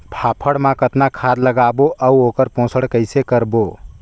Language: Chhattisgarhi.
फाफण मा कतना खाद लगाबो अउ ओकर पोषण कइसे करबो?